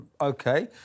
Okay